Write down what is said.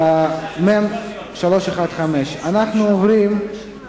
בעד, 14 חברי כנסת, נגד, אין, נמנעים,